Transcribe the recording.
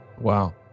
wow